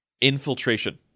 Infiltration